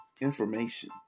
Information